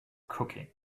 cooking